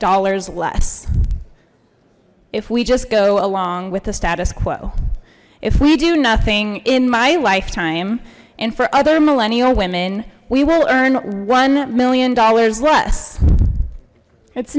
dollars less if we just go along with the status quo if we do nothing in my lifetime and for other millennial women we will earn one million dollars less it's